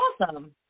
awesome